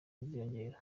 uziyongera